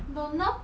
don't know